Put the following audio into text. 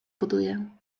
buduję